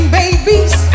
babies